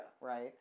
Right